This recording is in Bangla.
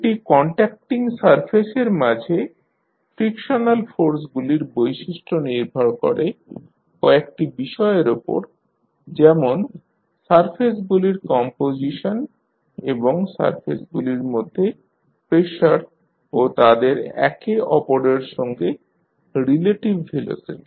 দু'টি কন্ট্যাকটিং সারফেসের মাঝে ফ্রিকশনাল ফোর্সগুলির বৈশিষ্ট্য নির্ভর করে কয়েকটি বিষয়ের ওপর যেমন সারফেসগুলির কম্পোজিশন এবং সারফেসগুলির মধ্যে প্রেসার ও তাদের একে অপরের সঙ্গে রিলেটিভ ভেলোসিটি